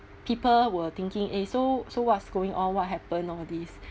people were thinking eh so so what's going on what happen nowadays